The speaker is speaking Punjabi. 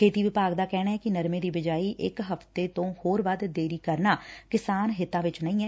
ਖੇਤੀ ਵਿਭਾਗ ਦਾ ਕਹਿਣੈ ਕਿ ਨਰਮੇ ਦੀ ਬਿਜਾਈ ਵਿਚ ਇੱਕ ਹਫ਼ਤੇ ਤੋਂ ਹੋਰ ਵੱਧ ਦੇਰੀ ਕਰਨਾ ਕਿਸਾਨ ਹਿੱਤਾਂ ਵਿਚ ਨਹੀਂ ਏ